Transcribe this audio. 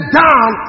down